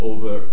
Over